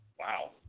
Wow